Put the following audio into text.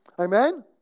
Amen